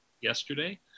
yesterday